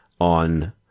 on